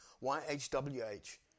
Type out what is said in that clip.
Y-H-W-H